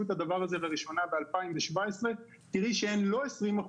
את הדבר הזה לראשונה בשנת 2017 ותראי שאין לא רק 20%,